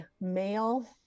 male